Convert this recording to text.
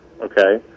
okay